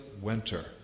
winter